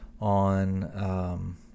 on